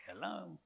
hello